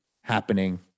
happening